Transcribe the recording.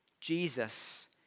Jesus